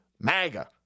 MAGA